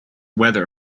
weather